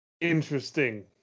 Interesting